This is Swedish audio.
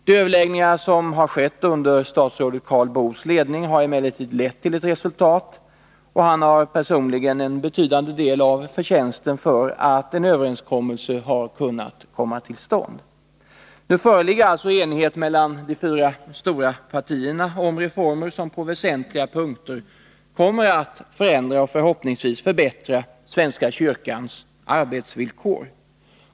De överläggningar som ägt rum under statsrådet Karl Boos ledning har emellertid lett till resultat, och det är till betydande del hans förtjänst att en överenskommelse har kunnat träffas. Nu föreligger alltså enighet mellan de fyra stora partierna om reformer som på väsentliga punkter kommer att förändra och förhoppningsvis förbättra svenska kyrkans arbetsvillkor.